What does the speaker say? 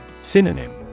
Synonym